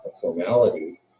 formality